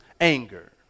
anger